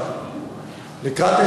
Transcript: הכנסת,